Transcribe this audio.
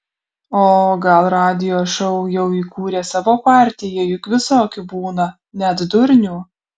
o gal radijo šou jau įkūrė savo partiją juk visokių būna net durnių